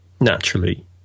naturally